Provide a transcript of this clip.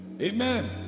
Amen